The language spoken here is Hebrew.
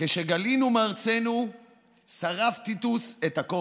כשגלינו מארצנו שרף טיטוס את הכול,